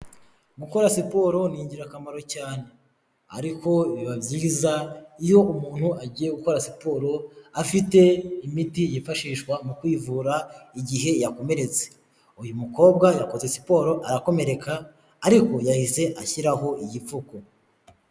Gukora siporo ni ingirakamaro cyane. Ariko biba byiza iyo umuntu agiye gukora siporo afite imiti yifashishwa mu kwivura igihe yakomeretse. Uyu mukobwa yakoze siporo arakomereka ariko yahise ashyiraho igipfuko.